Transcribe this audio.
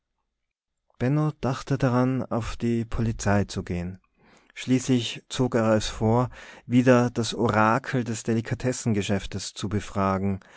dachte daran auf die polizei zu gehen schließlich zog er es vor wieder das orakel des delikatessengeschäftes zu befragen